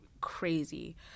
crazy